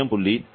00138 m3kg